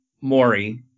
Maury